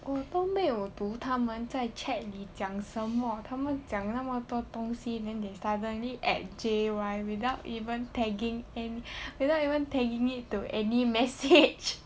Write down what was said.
我都没有读他们在 chat 里讲什么他们讲那么多东西 then they stubbornly at J_Y without even tagging in without even tagging in to any message